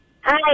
Hi